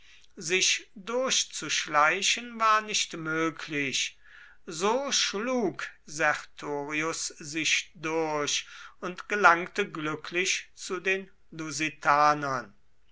sich durchzuschleichen war nicht möglich so schlug sertorius sich durch und gelangte glücklich zu den